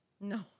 No